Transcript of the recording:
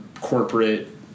corporate